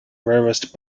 rarest